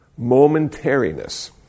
Momentariness